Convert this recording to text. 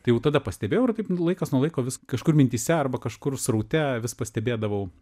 tai jau tada pastebėjau ir taip laikas nuo laiko vis kažkur mintyse arba kažkur sraute vis pastebėdavau